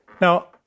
Now